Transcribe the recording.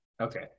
okay